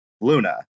Luna